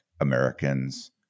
Americans